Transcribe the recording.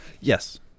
Yes